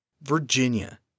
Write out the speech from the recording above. Virginia